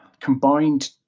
Combined